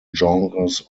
genres